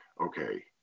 Okay